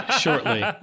shortly